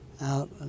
out